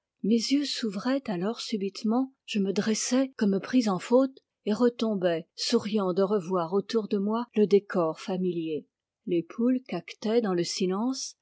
mes yeux s'ouvraient alors subitement je me dressais comme pris en faute et retombais souriant de revoir autour de moi le décor familier les poules caquetaient dans le silence